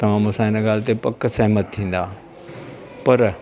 तवां मूंसां इन ॻाल्हि ते पकु सहमत थींदा पर